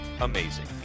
amazing